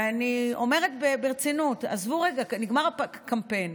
ואני אומרת ברצינות: נגמר הקמפיין,